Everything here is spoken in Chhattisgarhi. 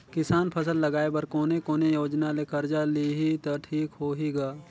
किसान फसल लगाय बर कोने कोने योजना ले कर्जा लिही त ठीक होही ग?